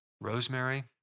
rosemary